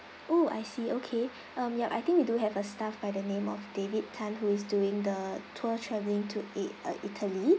oh I see okay um yup I think we do have a staff by the name of david tan who is doing the tour travelling to i~ uh italy